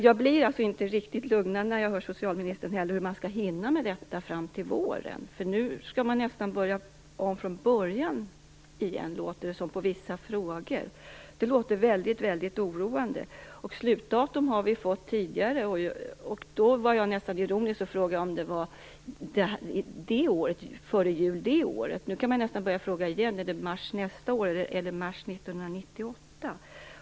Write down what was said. Jag blir heller inte riktigt lugnad när jag hör socialministern tala om hur man skall hinna med detta till våren. Nu skall man nästan börja om från början i vissa frågor, låter det som. Det låter väldigt oroande. Slutdatum har vi fått tidigare. Då var jag nästan ironisk och frågade om det var före jul det året. Nu kan man nästan fråga igen: Är det mars nästa år eller mars 1998?